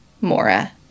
mora